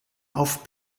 auf